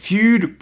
Feud